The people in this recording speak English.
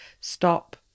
stop